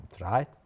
right